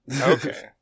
Okay